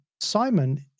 Simon